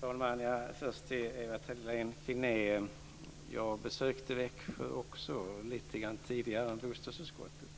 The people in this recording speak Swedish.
Fru talman! Jag vill först vända mig till Ewa Thalén Finné. Jag besökte också Växjö, lite tidigare än bostadsutskottet.